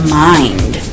mind